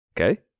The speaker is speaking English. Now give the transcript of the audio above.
Okay